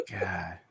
God